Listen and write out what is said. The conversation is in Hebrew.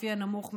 לפי הנמוך ביניהם.